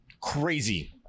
Crazy